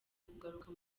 kugaruka